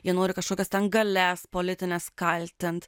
jie nori kažkokias ten galias politines kaltint